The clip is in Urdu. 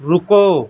رکو